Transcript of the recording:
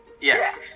Yes